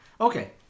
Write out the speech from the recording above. okay